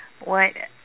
what